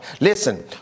Listen